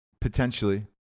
potentially